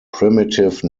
primitive